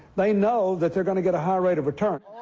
they know that they're going to get a high rate of return.